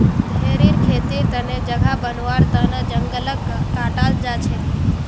भेरीर खेतीर तने जगह बनव्वार तन जंगलक काटाल जा छेक